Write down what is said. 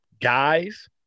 guys